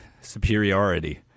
Superiority